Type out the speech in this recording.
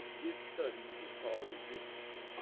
this study is called logistics.